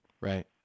Right